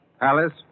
Alice